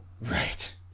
Right